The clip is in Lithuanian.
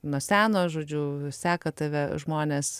nuo seno žodžiu seka tave žmonės